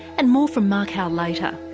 and more from mark howe later.